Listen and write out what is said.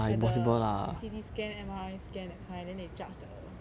like the C_T scan M_R_I scan that kind then they judge the